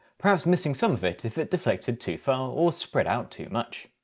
perhaps missing some of it if it deflected too far or spread out too much.